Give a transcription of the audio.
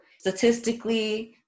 statistically